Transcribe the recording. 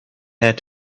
had